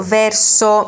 verso